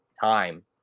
time